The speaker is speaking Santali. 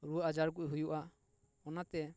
ᱨᱩᱣᱟᱹ ᱟᱡᱟᱨ ᱠᱚ ᱦᱩᱭᱩᱜᱼᱟ ᱚᱱᱟᱛᱮ